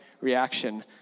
reaction